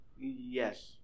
Yes